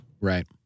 Right